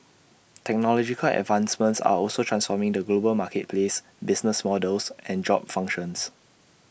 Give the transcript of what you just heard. technological advancements are also transforming the global marketplace business models and job functions